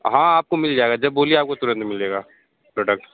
हाँ आपको मिल जाएगा जब बोलिए आपको तुरंत मिलेगा प्रोडक्ट प्रोडक्ट